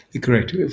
Correct